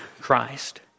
Christ